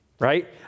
Right